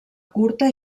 curta